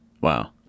Wow